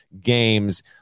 games